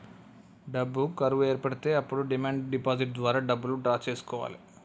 డబ్బు కరువు ఏర్పడితే అప్పుడు డిమాండ్ డిపాజిట్ ద్వారా డబ్బులు డ్రా చేసుకోవాలె